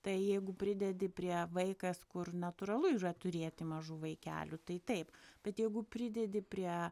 tai jeigu pridedi prie vaikas kur natūralu yra turėti mažų vaikelių tai taip bet jeigu pridedi prie